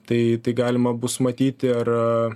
tai galima bus matyti ar